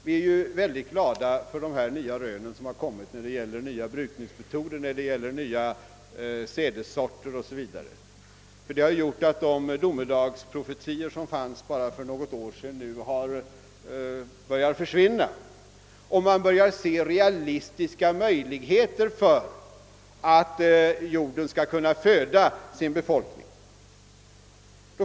Vi är ju mycket glada över de senaste rönen beträffande nya brukningsmetoder, nya sädessorter 0. s. v., ty de har lett till att de domedagsprofetior som uttalades för bara några år sedan börjat upphöra — man har börjat se realistiska möjligheter för att jorden skall kunna föda sin befolkning.